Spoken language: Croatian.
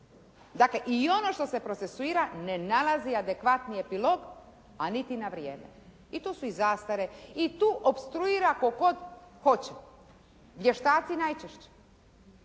Dakle i ono što se procesuira ne nalazi adekvatni epilog, a niti na vrijeme. I tu su i zastare i tu opstruira tko god hoće. Vještaci najčešće,